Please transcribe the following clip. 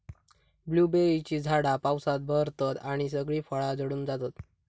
ब्लूबेरीची झाडा पावसात बहरतत आणि सगळी फळा झडून जातत